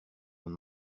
mon